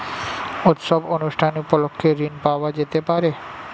উৎসব অনুষ্ঠান উপলক্ষে ঋণ পাওয়া যেতে পারে?